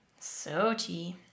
Sochi